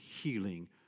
healing